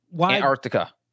Antarctica